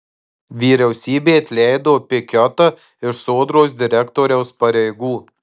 vyriausybė atleido pikiotą iš sodros direktoriaus pareigų